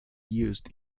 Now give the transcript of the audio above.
used